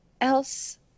else